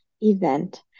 event